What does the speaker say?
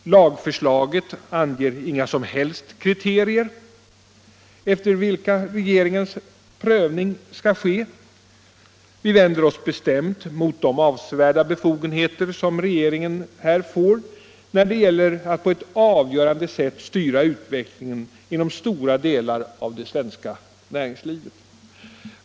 Lagförslaget anger inga som helst kriterier efter vilka regeringens prövning skall ske. Vi vänder oss bestämt mot de avsevärda befogenheter som regeringen här får när det gäller att på ett avgörande sätt styra utvecklingen inom stora delar av det svenska näringslivet.